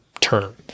term